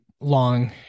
long